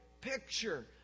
picture